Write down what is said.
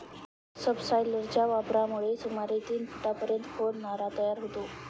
सबसॉयलरच्या वापरामुळे सुमारे तीन फुटांपर्यंत खोल नाला तयार होतो